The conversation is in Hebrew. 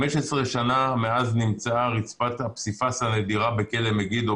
15 שנה מאז נמצאה רצפת הפסיפס הנדירה בכלא "מגידו"